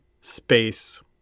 space